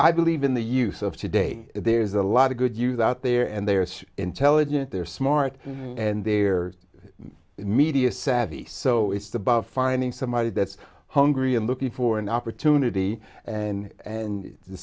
i believe in the use of today there's a lot of good use out there and they are intelligent they're smart and they are media savvy so it's about finding somebody that's hungry and looking for an opportunity and